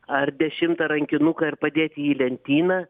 ar dešimtą rankinuką ir padėt jį į lentyną